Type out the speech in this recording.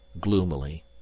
gloomily